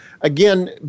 Again